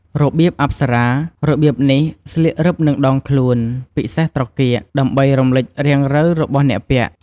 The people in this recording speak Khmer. របៀបអប្សរា របៀបនេះស្លៀករឹបនឹងដងខ្លួន ពិសេសត្រគាក ដើម្បីរំលេចរាងរៅរបស់អ្នកពាក់។